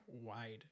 wide